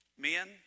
Men